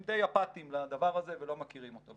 די אפתיים לדבר הזה ולא מכירים אותו,